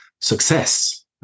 success